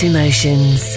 Emotions